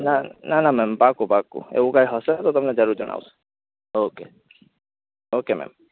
ના નાના મેમ પાકું પાકું એવું કાય હશે તો તમને જરૂર જણાવશું ઓકે ઓકે મેમ